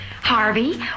Harvey